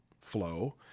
flow